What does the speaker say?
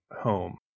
home